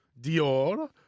Dior